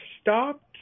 stopped